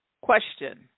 Question